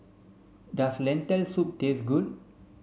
does Lentil soup taste good